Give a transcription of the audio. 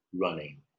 running